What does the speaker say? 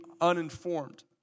uninformed